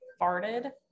farted